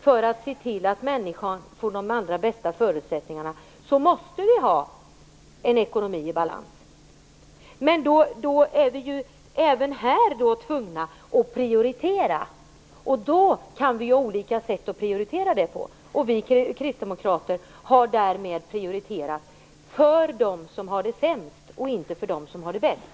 För att se till att människan får de allra bästa förutsättningarna måste vi givetvis ha en ekonomi i balans. Även här är vi dock tvungna att prioritera. Visst kan det finnas olika sätt att prioritera. Vi kristdemokrater har prioriterat till förmån för dem som har det sämst, inte till förmån för dem som har det bäst.